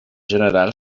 general